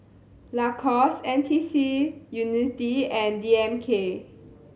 Lacoste NTUC Unity and D M K